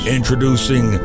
Introducing